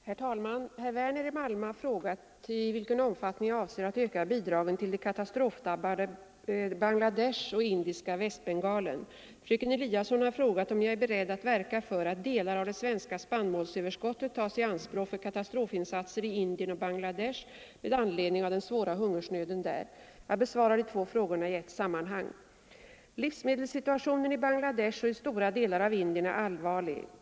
Herr talman! Herr Werner i Malmö har frågat i vilken omfattning jag avser att öka bidragen till de katastrofdrabbade Bangladesh och indiska Väst bengalen. Fröken Eliasson har frågat om jag är beredd att verka för att delar av det svenska spannmålsöverskottet tas i anspråk för katastrofinsatser i Indien och Bangladesh med anledning av den svåra hungersnöden där. Jag besvarar de två frågorna i ett sammanhang. Livsmedelssituationen i Bangladesh och i stora delar av Indien är allvarlig.